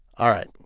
all right,